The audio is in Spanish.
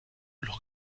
los